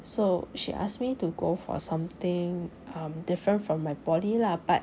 so she asked me to go for something um different from my poly lah but